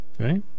Okay